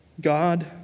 God